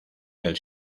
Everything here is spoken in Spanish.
del